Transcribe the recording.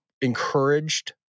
encouraged